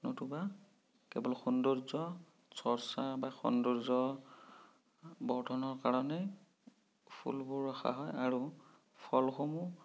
নতুবা কেৱল সৌন্দৰ্য্য চৰ্চা বা সৌন্দৰ্য্য বৰ্ধনৰ কাৰণে ফুলবোৰ ৰখা হয় আৰু ফলসমূহ